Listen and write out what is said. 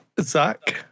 Zach